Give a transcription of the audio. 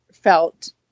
felt